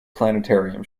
planetarium